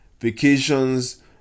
Vacations